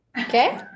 Okay